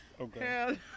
Okay